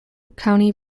county